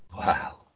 Wow